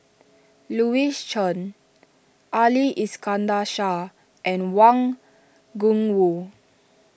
Louis Chen Ali Iskandar Shah and Wang Gungwu